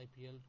IPL